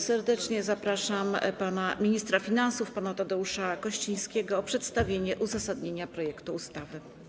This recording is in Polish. Serdecznie proszę ministra finansów pana Tadeusza Kościńskiego o przedstawienie uzasadnienia projektu ustawy.